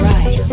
Right